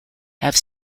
have